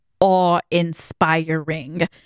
awe-inspiring